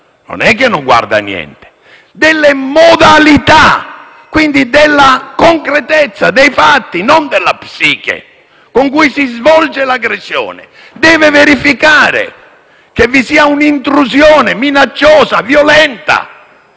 non è che non guarda niente - e quindi alla concretezza dei fatti, non della psiche, con cui si svolge l'aggressione. Egli deve verificare che vi sia un'intrusione minacciosa, violenta,